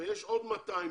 ויש עוד 200,000,